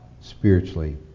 spiritually